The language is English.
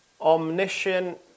omniscient